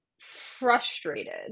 frustrated